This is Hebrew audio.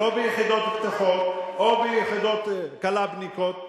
או ביחידות פתוחות, או ביחידות קל"בניקיות,